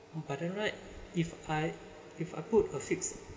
but then right if I if I put a fixed